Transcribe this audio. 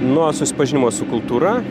nuo susipažinimo su kultūra